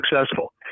successful